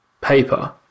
paper